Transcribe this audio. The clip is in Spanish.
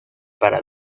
para